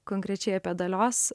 konkrečiai apie dalios